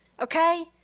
Okay